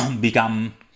become